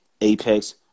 Apex